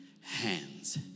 hands